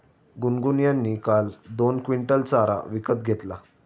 गुनगुन यांनी काल दोन क्विंटल चारा विकत घेतला